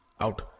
out